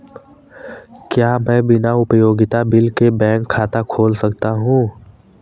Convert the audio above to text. क्या मैं बिना उपयोगिता बिल के बैंक खाता खोल सकता हूँ?